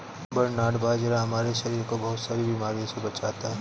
barnyard बाजरा हमारे शरीर को बहुत सारी बीमारियों से बचाता है